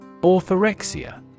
Orthorexia